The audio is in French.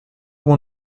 mon